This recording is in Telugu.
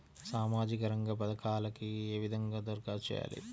సామాజిక రంగ పథకాలకీ ఏ విధంగా ధరఖాస్తు చేయాలి?